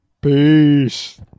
Peace